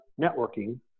networking